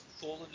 fallen